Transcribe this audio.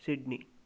Sydney